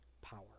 power